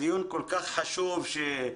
הדיון כל כך חשוב והוא